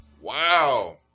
Wow